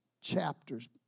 chapter's